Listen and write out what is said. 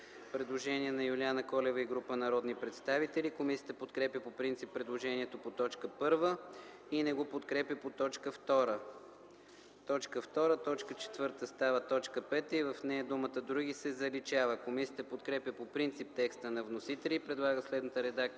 предложение на Юлиана Колева и група народни представители. Комисията подкрепя по принцип предложението по т. 1 и не го подкрепя по т. 2. Точка 4 става т. 5 и в нея думата „други” се заличава. Комисията подкрепя по принцип текста на вносителя и предлага следната редакция